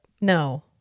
No